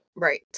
Right